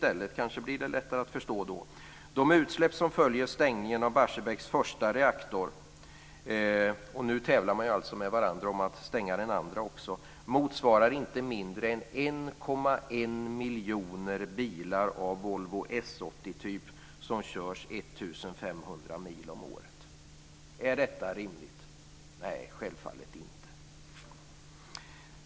Kanske blir det lättare att förstå då. De utsläpp som följer stängningen av Barsebäcks första reaktor - nu tävlar man alltså med varandra om att stänga den andra också - motsvarar inte mindre än 1,1 miljoner bilar av Volvo S 80-typ som körs 1 500 mil om året. Är detta rimligt? Nej, självfallet inte.